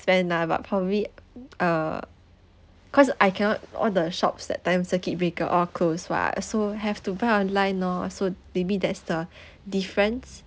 spend lah but probably uh cause I cannot all the shops that time circuit breaker all closed what so have to buy online orh so maybe that's the difference